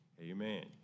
amen